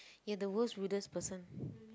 you are the worst rudest person